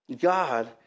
God